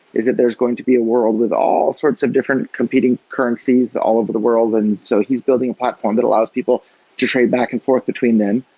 is that there's going to be a world with all sorts of different competing currencies all over the world. and so he's building a platform that allows people to trade back and forth between them.